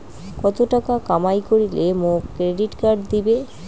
কত টাকা কামাই করিলে মোক ক্রেডিট কার্ড দিবে?